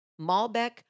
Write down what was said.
Malbec